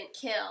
kill